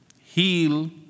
Heal